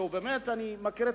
שאני מכיר,